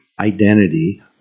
identity